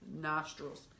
nostrils